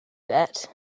that